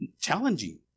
challenging